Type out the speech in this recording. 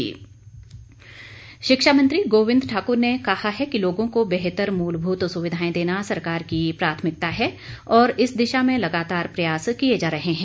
गोविंद ठाक्र शिक्षा मंत्री गोविंद ठाकर ने कहा है कि लोगों को बेहतर मूलभूत सुविधाएं देना सरकार की प्राथमिकता है और इस दिशा में लगातार प्रयास किए जा रहें है